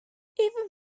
even